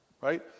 right